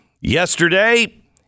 Yesterday